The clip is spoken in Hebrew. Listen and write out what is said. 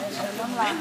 כשיראו שעלית,